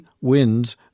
winds